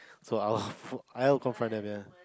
so I'll I'll confront to them